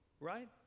right